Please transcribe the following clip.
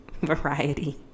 variety